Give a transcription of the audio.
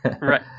Right